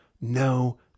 no